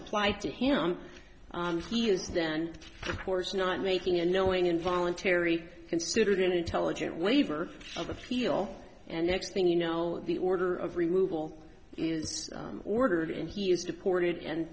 apply to him and he is then of course not making a knowing involuntary considered intelligent waiver of appeal and next thing you know the order of removal is ordered and he is deported and